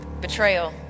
betrayal